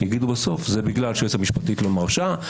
יגידו בסוף: זה בגלל שהיועצת המשפטית לא מרשה,